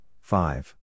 five